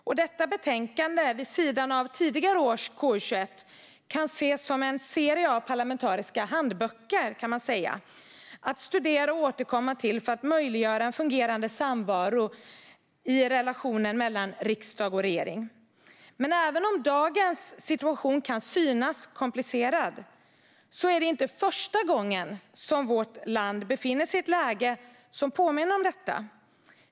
Och detta betänkande, vid sidan av tidigare års KU21 - som jag visar upp för kammarens ledamöter - kan ses som en serie av parlamentariska handböcker som man kan studera och återkomma till för att möjliggöra en fungerande relation mellan riksdag och regering. Men även om dagens situation kan synas vara komplicerad är det inte första gången vårt land befinner sig i ett läge som påminner om detta.